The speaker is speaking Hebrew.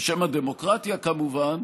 בשם הדמוקרטיה כמובן,